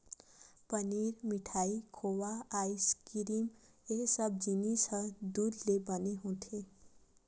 पनीर, मिठाई, खोवा, आइसकिरिम ए सब जिनिस ह दूद ले बने होथे